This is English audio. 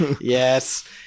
yes